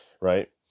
right